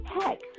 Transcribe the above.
Heck